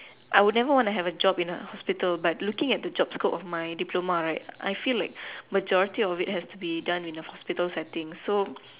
I would never want to have a job in a hospital but looking at the job scope of my diploma right I feel like majority of it has to be done in a hospital setting so